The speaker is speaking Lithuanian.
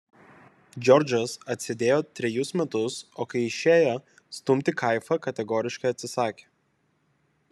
džordžas atsėdėjo trejus metus o kai išėjo stumti kaifą kategoriškai atsisakė